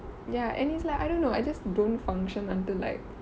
ya and it's like I don't know I just don't function until like